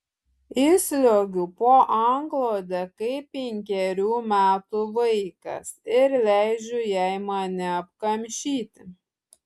įsliuogiu po antklode kaip penkerių metų vaikas ir leidžiu jai mane apkamšyti